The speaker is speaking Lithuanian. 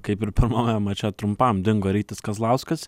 kaip ir pirmame mače trumpam dingo rytis kazlauskas